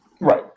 Right